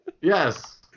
Yes